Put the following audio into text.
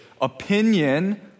opinion